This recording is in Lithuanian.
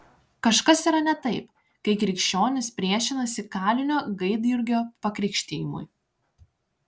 kažkas yra ne taip kai krikščionys priešinasi kalinio gaidjurgio pakrikštijimui